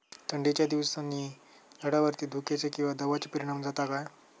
थंडीच्या दिवसानी झाडावरती धुक्याचे किंवा दवाचो परिणाम जाता काय?